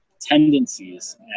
tendencies